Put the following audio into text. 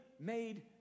made